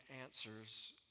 answers